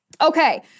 Okay